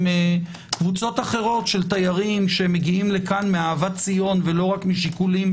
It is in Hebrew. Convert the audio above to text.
קבוצות אחרות של תיירים שמגיעים לכאן מאהבת ציון ולא רק משיקולים